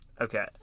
Okay